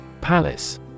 Palace